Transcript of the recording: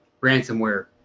ransomware